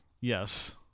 Yes